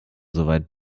soweit